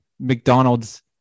McDonald's